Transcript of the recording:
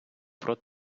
про